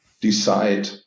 decide